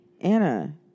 Anna